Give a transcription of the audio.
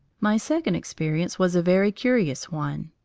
my second experience was a very curious one.